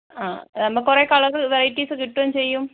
ആഹ് എന്നാൽ കുറേ colour varieties കിട്ടുകയും ചെയ്യും